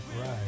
Right